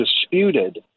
disputed